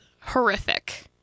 horrific